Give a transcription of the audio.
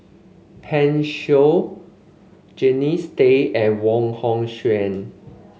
Pan Shou Jannie Tay and Wong Hong Suen